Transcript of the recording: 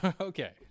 okay